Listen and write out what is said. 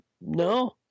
no